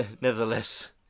nevertheless